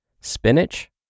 Spinach